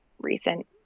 recent